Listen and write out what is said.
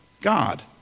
God